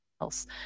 else